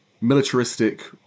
militaristic